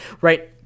right